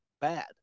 bad